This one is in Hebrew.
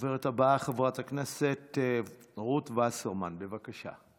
הדוברת הבאה, חברת הכנסת רות וסרמן, בבקשה.